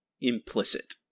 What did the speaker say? implicit